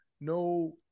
No